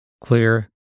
clear